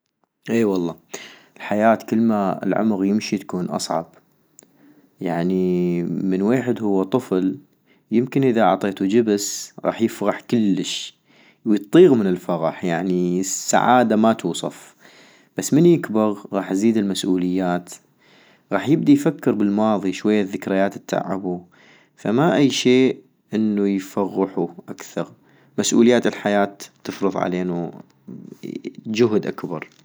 اي والله ، الحياة كلما العمغ يمشي تكون اصعب - يعني من ويحد هو طفل يمكن اذا عطيتو جبس غاح يفغح كلش ويطيغ من الفغح ، يعني سعادة ما توصف - بس من يكبغ غاح تزيد المسؤوليات غاح يبدي يفكر بالماضي شوية الذكريات اتعبو - فما اي شي انو يفغحو اكثغ، مسؤوليات الحياة تفرض علينو جهد اكبر